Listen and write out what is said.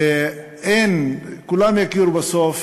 ואין, כולם יכירו בסוף,